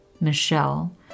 Michelle